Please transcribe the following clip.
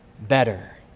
better